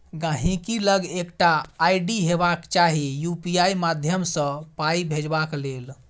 गांहिकी लग एकटा आइ.डी हेबाक चाही यु.पी.आइ माध्यमसँ पाइ भेजबाक लेल